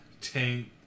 tank